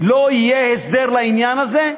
לא יהיה הסדר לעניין הזה,